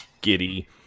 giddy